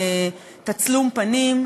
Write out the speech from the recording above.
תצלום פנים,